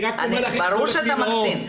ברור שאתה מקצין.